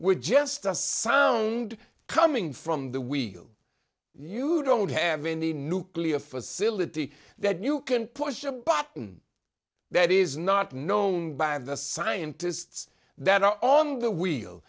with just a sound coming from the wheel you don't have any nuclear facility that you can push a button that is not known by the scientists that are on the wheel